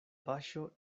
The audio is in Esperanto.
paŝo